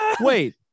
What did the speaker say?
wait